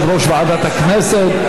יושב-ראש ועדת הכנסת,